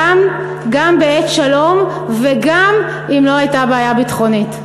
גם בעת שלום וגם אם לא הייתה בעיה ביטחונית.